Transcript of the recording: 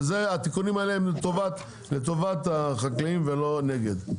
והתיקונים האלה הם לטובת החקלאים ולא נגד.